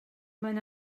mae